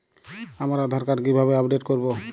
আমার আধার কার্ড কিভাবে আপডেট করব?